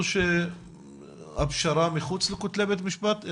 או פשרה מחוץ לכותלי בית המשפט?